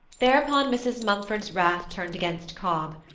thereupon mrs. mumford's wrath turned against cobb.